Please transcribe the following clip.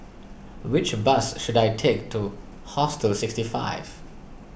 which bus should I take to Hostel sixty five